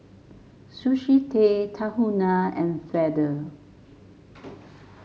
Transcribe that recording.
Sushi Tei Tahuna and Feather